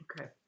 Okay